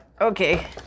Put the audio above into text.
Okay